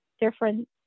different